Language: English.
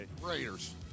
Raiders